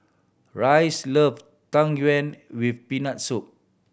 Reyes love Tang Yuen with Peanut Soup